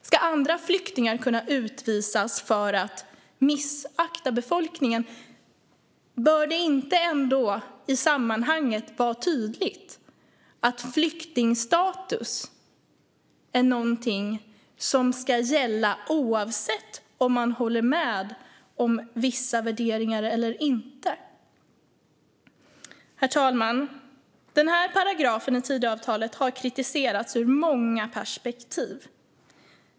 Ska andra flyktingar kunna utvisas för missaktning av befolkningen? Bör det inte ändå i sammanhanget vara tydligt att flyktingstatus är någonting som ska gälla oavsett om man håller med om vissa värderingar eller inte? Herr talman! Denna paragraf i Tidöavtalet har kritiserats ur många perspektiv.